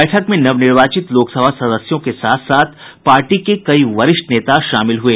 बैठक में नवनिर्वाचित लोकसभा सदस्यों के साथ साथ पार्टी के कई वरिष्ठ नेता शामिल हुए